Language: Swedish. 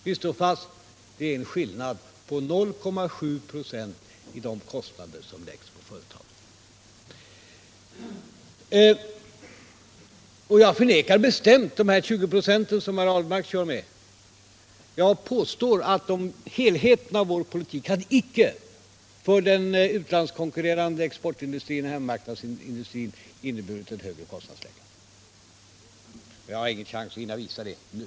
Vi står fast vid att det är en skillnad på 0,7 96 i fråga om de kostnader som läggs på företagen. Jag förnekar bestämt de 20 96 som Per A hlmark talar om. Jag påstår att vår politik i dess helhet icke hade inneburit ett högre kostnadsläge för den utlandskonkurrerande exportindustrin och hemmamarknadsindustrin. Men jag har ingen chans att hinna visa det nu.